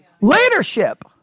Leadership